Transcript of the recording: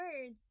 words